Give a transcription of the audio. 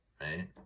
right